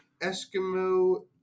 Eskimo